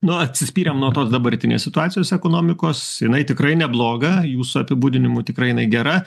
nu atsispyrėm nuo tos dabartinės situacijos ekonomikos jinai tikrai nebloga jūsų apibūdinimu tikrai jinai gera